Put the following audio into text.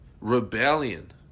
Rebellion